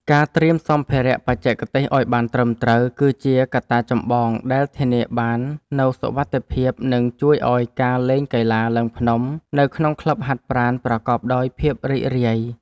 ការត្រៀមសម្ភារៈបច្ចេកទេសឱ្យបានត្រឹមត្រូវ គឺជាកត្តាចម្បងដែលធានាបាននូវសុវត្ថិភាព និងជួយឱ្យការលេងកីឡាឡើងភ្នំនៅក្នុងក្លឹបហាត់ប្រាណប្រកបដោយភាពរីករាយ។